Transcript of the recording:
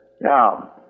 Now